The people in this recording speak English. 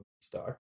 star